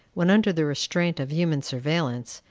when under the restraint of human surveillance,